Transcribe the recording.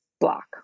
block